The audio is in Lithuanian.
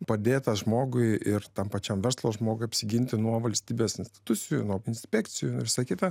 padėta žmogui ir tam pačiam verslo žmogui apsiginti nuo valstybės institucijų nuo inspekcijų ir visa kita